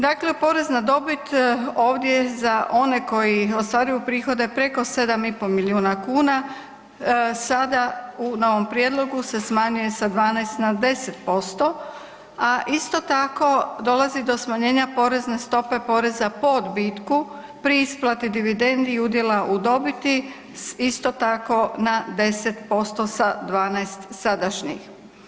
Dakle, porez na dobit ovdje za one koji ostvaruju prihode preko 7,5 milijuna kuna sada na ovom prijedlogu se smanjuje sa 12 na 10%, a isto tako dolazi do smanjenja porezne stope poreza po odbitku pri ispadi dividendi i udjela u dobiti isto tako na 10% sa 12 sadašnjih.